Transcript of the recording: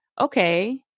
okay